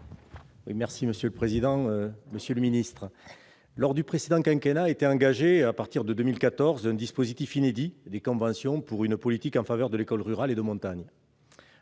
M. le ministre de l'éducation nationale. Lors du précédent quinquennat a été mis en place, à partir de 2014, un dispositif inédit : les conventions pour une politique en faveur de l'école rurale et de montagne.